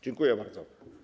Dziękuję bardzo.